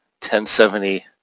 1070